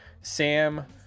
Sam